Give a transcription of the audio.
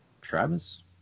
Travis